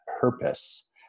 purpose